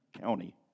county